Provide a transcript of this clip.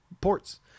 ports